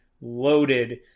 loaded